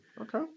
okay